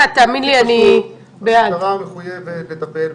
המשטרה מחויבת לטפל,